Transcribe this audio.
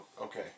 Okay